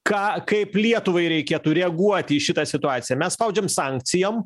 ką kaip lietuvai reikėtų reaguoti į šitą situaciją mes spaudžiam sankcijom